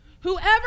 Whoever